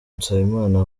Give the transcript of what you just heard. nsabimana